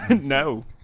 No